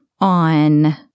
on